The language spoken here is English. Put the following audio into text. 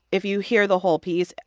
if you hear the whole piece,